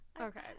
Okay